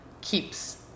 keeps